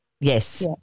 Yes